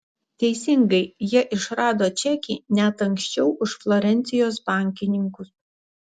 teisingai jie išrado čekį net anksčiau už florencijos bankininkus